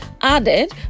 added